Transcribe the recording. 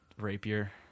rapier